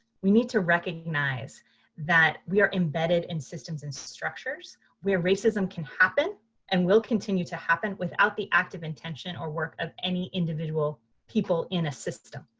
we need to recognize that we are embedded in systems and structures where racism can happen and will continue to happen without the active intention or work of any individual people in a system.